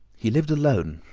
he lived alone,